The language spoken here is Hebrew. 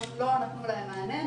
לא נתנו להם מענה,